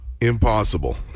impossible